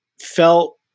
felt